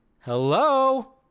Hello